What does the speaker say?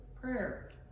prayer